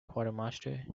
quartermaster